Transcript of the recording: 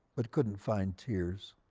but couldn't find tears,